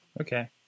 Okay